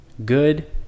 Good